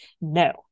No